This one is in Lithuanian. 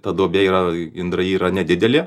ta duobė yra indrajy yra nedidelė